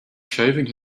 shaving